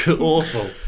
Awful